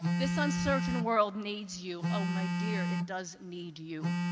this uncertain world needs you, oh, my dear, it does need you.